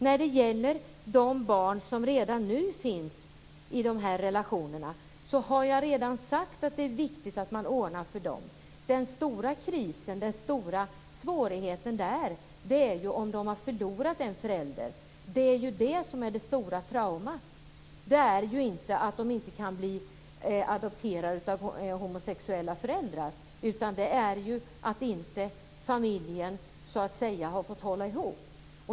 När det gäller de barn som nu finns i de relationerna har jag redan sagt att det är viktigt att man ordnar för dem. Den stora krisen och svårigheten där är att de förlorat en förälder. Det är det som är det stora traumat. Det är inte det att de inte kan bli adopterade av homosexuella föräldrar, utan det är att familjen inte kunnat hållas ihop.